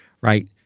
right